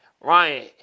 Ryan